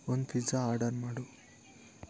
ಒಂದು pizza order ಮಾಡು